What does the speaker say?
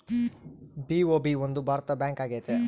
BOB ಒಂದು ಭಾರತದ bank ಆಗೈತೆ